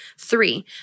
Three